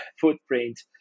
footprint